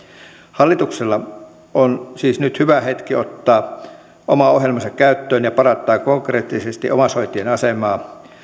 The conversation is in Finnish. hallituksella on siis nyt hyvä hetki ottaa oma ohjelmansa käyttöön ja parantaa konkreettisesti omaishoitajien asemaa